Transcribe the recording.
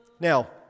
Now